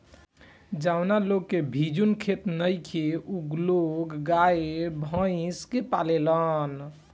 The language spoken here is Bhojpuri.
जावना लोग के भिजुन खेत नइखे उ लोग गाय, भइस के पालेलन